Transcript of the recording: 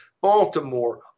Baltimore